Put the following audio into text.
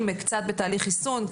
קצת בתהליך חיסון,